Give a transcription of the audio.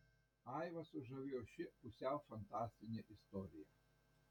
aivą sužavėjo ši pusiau fantastinė istorija